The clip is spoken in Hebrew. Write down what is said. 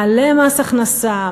מעלה מס הכנסה,